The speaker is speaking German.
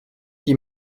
die